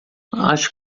acho